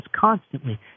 constantly